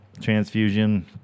transfusion